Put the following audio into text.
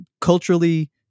culturally